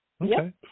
Okay